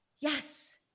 Yes